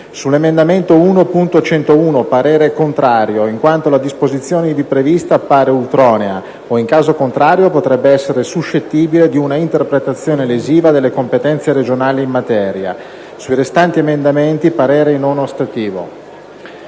sull'emendamento 1.101 parere contrario, in quanto la disposizione ivi prevista appare ultronea o, in caso contrario, potrebbe essere suscettibile di una interpretazione lesiva delle competenze regionali in materia; - sui restanti emendamenti parere non ostativo».